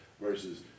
versus